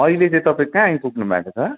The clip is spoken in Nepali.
अहिले चाहिँ तपाईँ कहाँ आइपुग्नु भएको छ